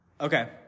Okay